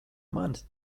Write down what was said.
manis